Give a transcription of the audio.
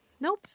Nope